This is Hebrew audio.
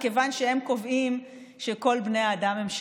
מכיוון שהוא קובע שכל בני האדם הם שווים,